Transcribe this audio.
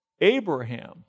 abraham